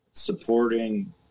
supporting